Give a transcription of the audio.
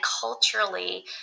culturally